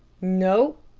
no,